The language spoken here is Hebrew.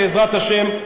בעזרת השם,